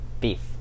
beef